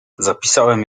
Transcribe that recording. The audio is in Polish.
zapisałem